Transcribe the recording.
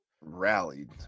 rallied